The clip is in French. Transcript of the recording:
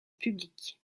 public